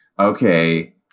Okay